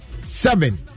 seven